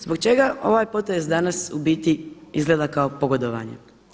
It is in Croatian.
Zbog čega ovaj potez danas u biti izgleda kao pogodovanje?